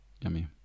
Yummy